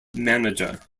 manager